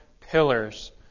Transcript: pillars